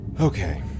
Okay